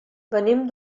venim